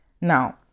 Now